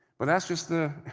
but that's just the